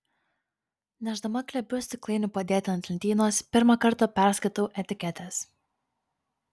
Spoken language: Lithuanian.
nešdama glėbius stiklainių padėti ant lentynos pirmą kartą perskaitau etiketes